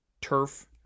turf